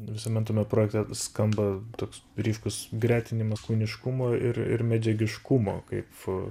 visame tame projekte skamba toks ryškus gretinimas kūniškumo ir ir medžiagiškumo kap